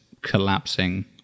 collapsing